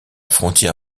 frontière